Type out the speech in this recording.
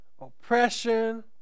Oppression